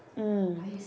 mm